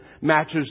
matches